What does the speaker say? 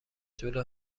جلو